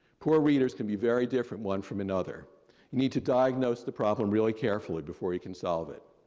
poor readers can be very different one from another. you need to diagnose the problem really carefully before you can solve it.